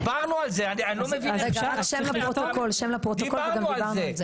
דיברנו על זה, אני לא מבין --- דיברנו על זה.